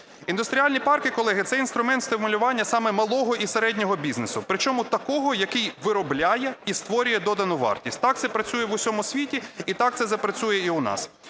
Індустріальні парки, колеги, – це інструмент стимулювання саме малого і середнього бізнесу, при чому такого, який виробляє і створює додану вартість. Так це працює в усьому світі, і так це запрацює і у нас.